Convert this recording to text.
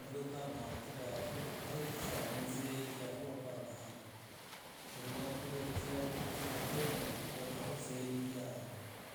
Twekama akiba yafo ambayo kweshe seti yafo wakaama handu keri wakola ukiva wakufo lea wenda ukakoota seli yafo.